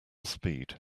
speed